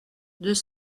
deux